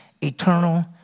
eternal